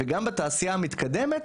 וגם בתעשייה המתקדמת,